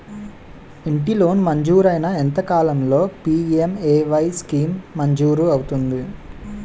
ఇంటి లోన్ మంజూరైన ఎంత కాలంలో పి.ఎం.ఎ.వై స్కీమ్ మంజూరు అవుతుంది?